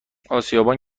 آسیابان